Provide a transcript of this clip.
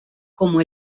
como